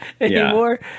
anymore